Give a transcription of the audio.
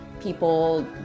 people